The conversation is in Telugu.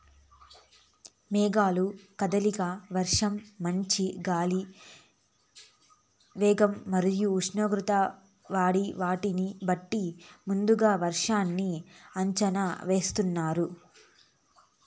మేఘాల కదలిక, వర్షం, మంచు, గాలి వేగం మరియు ఉష్ణోగ్రత వంటి వాటిని బట్టి ముందుగా వర్షాన్ని అంచనా వేస్తున్నారు